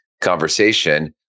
conversation